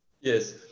Yes